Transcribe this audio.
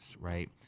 right